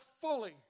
fully